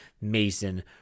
Mason